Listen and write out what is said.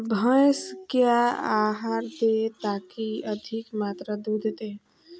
भैंस क्या आहार दे ताकि अधिक मात्रा दूध दे?